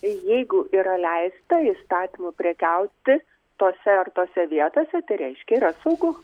jeigu yra leista įstatymu prekiauti tose ar tose vietose tai reiškia yra saugu